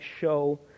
show